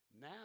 Now